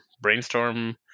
brainstorm